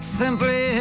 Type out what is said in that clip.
simply